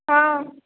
ہاں